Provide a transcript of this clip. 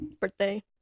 birthday